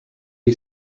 you